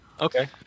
okay